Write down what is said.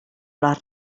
les